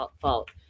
fault